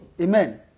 Amen